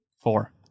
four